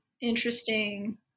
interesting